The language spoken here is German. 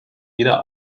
wieder